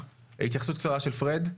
התייחסות קצרה של פרד,